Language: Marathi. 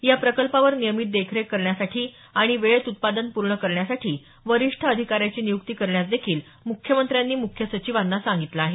या प्रकल्पावर नियमित देखरेख करण्यासाठी आणि वेळेत उत्पादन पूर्ण करण्यासाठी वरिष्ठ अधिकाऱ्याची नियुक्ती करण्यास देखील मुख्यमंत्र्यांनी मुख्य सचिवांना सांगितलं आहे